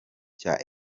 cya